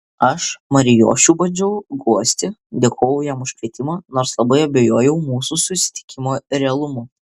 aš marijošių bandžiau guosti dėkojau jam už kvietimą nors labai abejojau mūsų susitikimo realumu